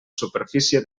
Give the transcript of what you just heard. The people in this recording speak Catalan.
superfície